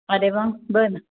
अरे ना बरं